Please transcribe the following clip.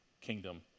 kingdom